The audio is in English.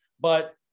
but-